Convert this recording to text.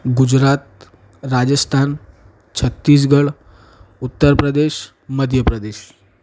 Gujarat Rajasthan Chhattisgarh Uttar Pradesh Madhya Pradesh